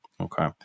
Okay